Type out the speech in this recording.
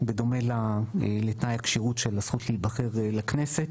בדומה לתנאי הכשירות של הזכות להיבחר לכנסת.